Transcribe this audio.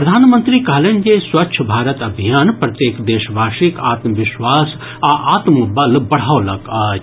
प्रधानमंत्री कहलनि जे स्वच्छ भारत अभियान प्रत्येक देशवासीक आत्मविश्वास आ आत्मबल बढ़ौलक अछि